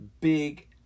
big